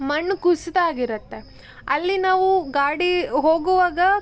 ಮಣ್ಣು ಕುಸಿತಾಗಿರುತ್ತೆ ಅಲ್ಲಿ ನಾವು ಗಾಡಿ ಹೋಗುವಾಗ